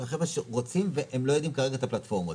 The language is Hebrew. אלא חבר'ה שרוצים ולא יודעים כרגע את הפלטפורמות.